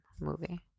Movie